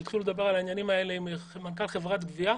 לו יצויר שהיינו יעילים לגמרי כמו חברות הגבייה,